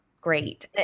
great